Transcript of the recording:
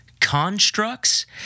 constructs